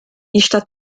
está